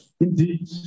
indeed